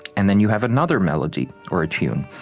and then you have another melody or a tune,